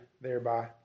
thereby